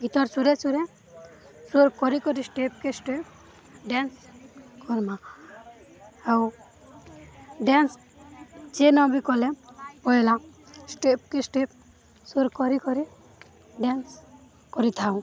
ଗୀତର୍ ସୁରେ ସୁରେ ସ୍ୱର୍ କରି କରି ଷ୍ଟେପ୍କେ ଷ୍ଟେପ୍ ଡ୍ୟାନ୍ସ କର୍ମା ଆଉ ଡ୍ୟାନ୍ସ ଯେ ନ ବି କଲେ ପହେଲା ଷ୍ଟେପ୍କେ ଷ୍ଟେପ୍ ସ୍ୱର୍ କରି କରି ଡ୍ୟାନ୍ସ କରିଥାଉ